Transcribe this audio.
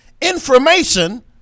information